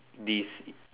this